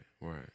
right